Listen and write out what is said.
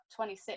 26